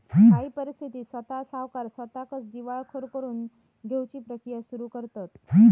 काही परिस्थितीत स्वता सावकार स्वताकच दिवाळखोर करून घेउची प्रक्रिया सुरू करतंत